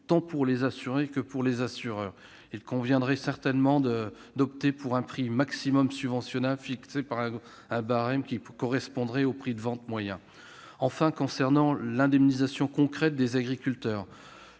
tant pour l'assuré que pour les assureurs. Il conviendrait certainement d'opter pour un prix maximum subventionnable fixé par barème qui correspondrait au prix de vente moyen. Enfin, concernant l'indemnisation concrète des agriculteurs,